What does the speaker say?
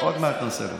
עוד מעט נעשה לך.